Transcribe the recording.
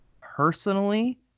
personally